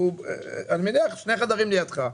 אני מניח ששני חדרים לידך,